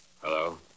Hello